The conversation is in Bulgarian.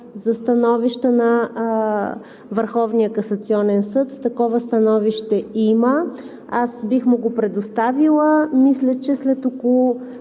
касационен съд. Такова становище има. Аз бих му го предоставила. Мисля, че след около